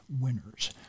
winners